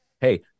hey